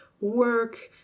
work